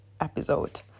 episode